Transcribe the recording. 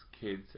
kids